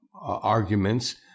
arguments –